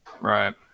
Right